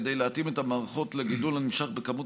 כדי להתאים את המערכות לגידול הנמשך בכמות